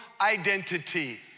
identity